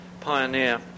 pioneer